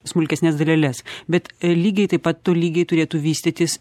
smulkesnes daleles bet lygiai taip pat tolygiai turėtų vystytis